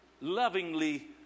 lovingly